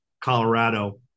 Colorado